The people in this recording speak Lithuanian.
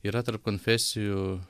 yra tarp konfesijų